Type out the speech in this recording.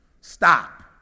Stop